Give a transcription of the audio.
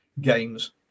games